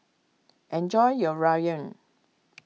enjoy your Ramyeon